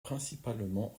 principalement